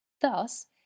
Thus